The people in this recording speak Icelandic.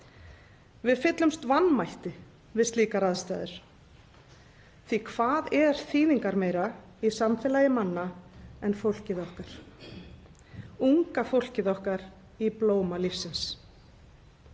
Við fyllumst vanmætti við slíkar aðstæður. Því hvað er þýðingarmeira í samfélagi manna en fólkið okkar? Unga fólkið okkar í blóma lífsins?